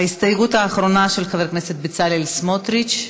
ההסתייגות האחרונה, של חבר הכנסת בצלאל סמוטריץ,